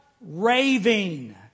raving